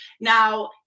Now